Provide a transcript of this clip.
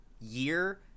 year